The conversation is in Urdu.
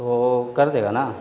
تو کر دے گا نا